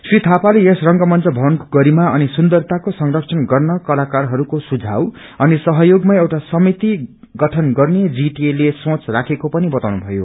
श्री धापाले यस रंगमुच भवनको गरिमा अनिसुन्दरताको संरक्षण गर्न कताकारहरूको सुझाव अनि सहयोगमा एउआ समिति गर्ने जीटिए ले सोष राखेको छ पनि बताउनुभयो